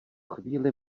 chvíli